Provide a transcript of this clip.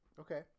Okay